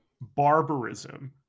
barbarism